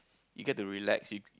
you get to relax